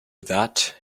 that